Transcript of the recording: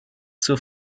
zur